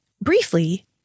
Briefly